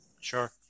Sure